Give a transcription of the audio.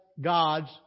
God's